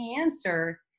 answer